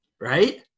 right